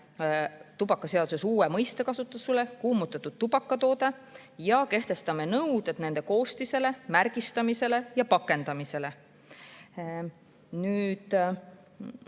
tubakaseaduses kasutusele uue mõiste – kuumutatud tubakatoode – ja kehtestame nõuded nende koostisele, märgistamisele ja pakendamisele. Nüüd,